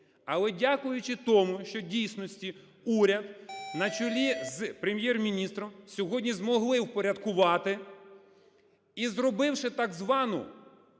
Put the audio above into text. Але, дякуючи тому, що в дійсності уряд, на чолі з Прем'єр-міністром, сьогодні змогли упорядкувати і зробивши так звану